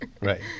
right